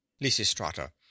Lysistrata